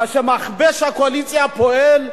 כאשר מכבש הקואליציה פועל,